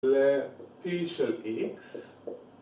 לפי של איקס